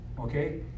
Okay